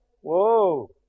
whoa